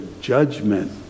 judgment